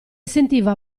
sentiva